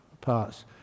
parts